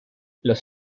los